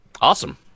Awesome